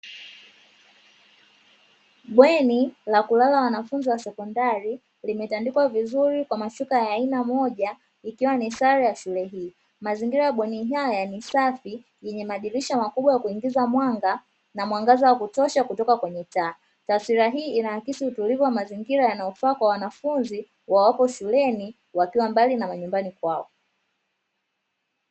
Bweni la kulala wanafunzi wa sekondari limetandikwa vizuri kwa mashuka ya aina moja ikiwa ni sare ya shule hii, mazingira ya bweni haya ni safi yenye madirisha makubwa ya kuingiza mwanga na mwangaza wa kutosha kutoka kwenye taa. Taswira hii inaakisi utulivu wa mazingira yanayofaa kwa wanafunzi wa wako shuleni wakiwa mbali na nyumbani kwao.